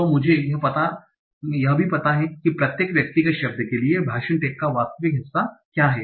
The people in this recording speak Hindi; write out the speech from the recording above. तो मुझे यह भी पता है कि प्रत्येक व्यक्तिगत शब्द के लिए भाषण टैग का वास्तविक हिस्सा क्या है